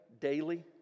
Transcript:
daily